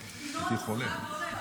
חברי